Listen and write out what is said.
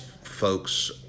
folks